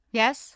yes